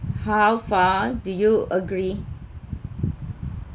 how far do you agree